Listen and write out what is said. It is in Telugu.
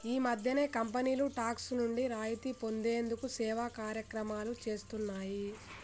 ఈ మధ్యనే కంపెనీలు టాక్స్ నుండి రాయితీ పొందేందుకు సేవా కార్యక్రమాలు చేస్తున్నాయి